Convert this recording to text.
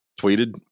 tweeted